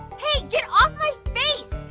hey get off my face.